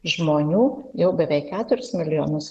žmonių jau beveik keturis milijonus